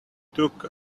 took